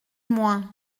moins